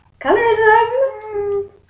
Colorism